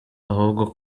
ahubwo